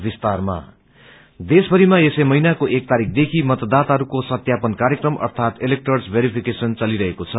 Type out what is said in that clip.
भोर्टस देशभरिमा यसै महिनको एक तारीचख देखि मतदाताहरूको सत्यापन कार्यक्रम अर्थात इलेर्क्टस वेरिफिकेशन चलिरहेको छ